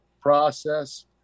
process